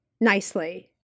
nicely